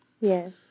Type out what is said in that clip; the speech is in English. Yes